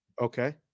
Okay